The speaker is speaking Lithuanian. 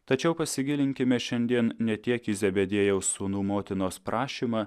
tačiau pasigilinkime šiandien ne tiek į zebediejaus sūnų motinos prašymą